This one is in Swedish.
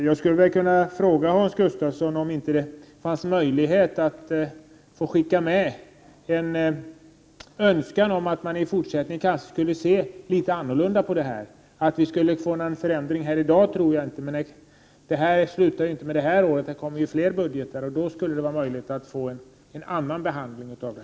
Jag skulle vilja fråga Hans Gustafsson om det inte finns möjlighet att få ER frågor, skicka med en önskan om att man i fortsättningen kanske skulle kunna se litet annorlunda på detta. Jag tror inte att det blir någon förändring här i dag. Men det här ärendet avslutas inte i år. Det kommer ju flera budgetar. Då skulle det vara möjligt att få en annan behandling av ärendet.